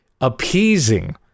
appeasing